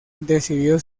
decidió